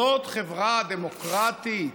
זאת חברה דמוקרטית.